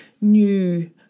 new